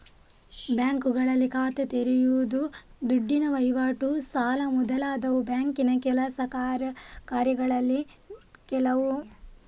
ಬ್ಯಾಂಕುಗಳಲ್ಲಿ ಖಾತೆ ತೆರೆಯುದು, ದುಡ್ಡಿನ ವೈವಾಟು, ಸಾಲ ಮೊದಲಾದವು ಬ್ಯಾಂಕಿನ ಕೆಲಸ ಕಾರ್ಯಗಳಲ್ಲಿ ಕೆಲವು